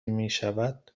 میشود